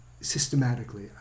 systematically